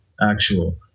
actual